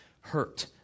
hurt